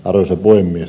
arvoisa puhemies